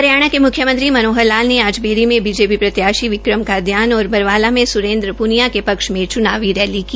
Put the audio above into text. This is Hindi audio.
हरियाणा के म्ख्यमंत्री मनोहर लाल ने आज बेरी में बीजेपी प्रत्याशी विक्रम कादियान और बरवाला में सुरेन्द्र प्निया के पक्ष में च्नावी रैली की